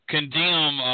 condemn